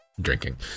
drinking